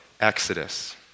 Exodus